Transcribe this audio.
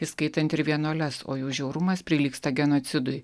įskaitant ir vienuoles o jų žiaurumas prilygsta genocidui